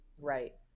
Right